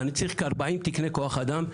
אני צריך כ-40 תקני כוח אדם,